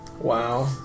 wow